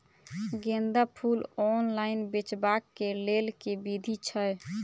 गेंदा फूल ऑनलाइन बेचबाक केँ लेल केँ विधि छैय?